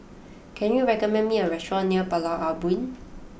can you recommend me a restaurant near Pulau Ubin